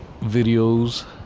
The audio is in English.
videos